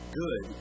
good